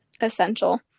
Essential